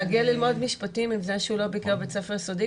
להגיע ללמוד משפטים עם זה שהוא לא ביקר בבית ספר יסודי,